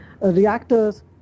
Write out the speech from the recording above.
reactors